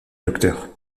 docteur